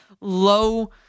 low